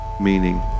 meaning